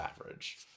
average